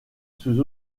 sous